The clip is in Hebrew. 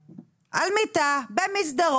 אבל יש לי גם עוד משהו,